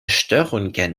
störungen